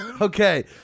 Okay